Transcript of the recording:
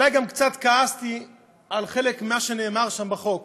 אולי גם כעסתי על חלק ממה שנאמר שם בחוק.